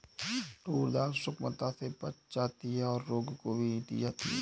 tour दाल सुगमता से पच जाती है और रोगी को भी दी जाती है